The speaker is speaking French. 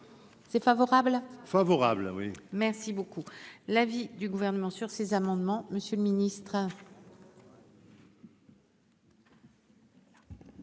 c'est favorable favorable oui merci beaucoup l'avis du gouvernement sur ces amendements, Monsieur le Ministre.